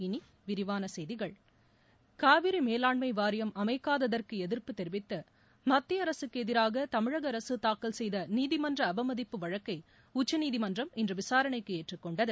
இனி விரிவான செய்திகள் காவிரி மேலாண்மை வாரியம் அமைக்காததற்கு எதிர்ப்பு தெரிவித்து மத்திய அரசுக்கு எதிராக தமிழகஅரசு தாக்கல் செய்த நீதிமன்ற அவமதிப்பு வழக்கை உச்சநீதிமன்றம் இன்று விசாரணைக்கு ஏற்றுக்கொண்டது